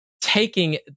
taking